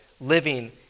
living